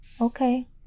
Okay